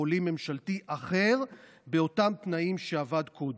חולים ממשלתי אחר באותם תנאים שעבד בהם קודם.